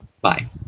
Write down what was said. Bye